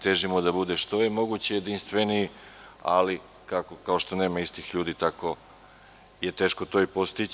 Težimo da bude što je moguće jedinstveniji, ali kao što nema istih ljudi, tako je teško to i postići.